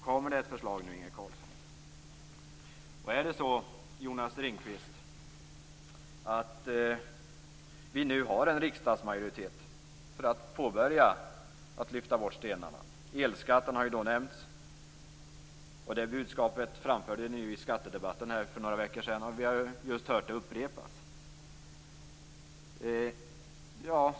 Kommer det ett förslag nu, Inge Carlsson? Är det så, Jonas Ringqvist, att vi nu har en riksdagsmajoritet för att börja lyfta bort stenarna? Elskatten har nämnts. Det budskapet framförde ni ju i skattedebatten för några veckor sedan, och vi har just hört det upprepas.